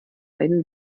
einen